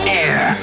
air